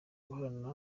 guhorana